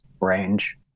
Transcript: range